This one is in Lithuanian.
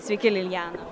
sveiki lilijana